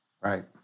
Right